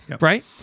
Right